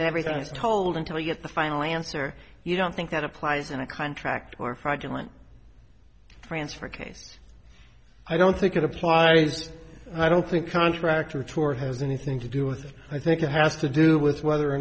is told until you get the final answer you don't think that applies in a contract or fraudulent transfer case i don't think it applies i don't think contractor tour has anything to do with i think it has to do with whether or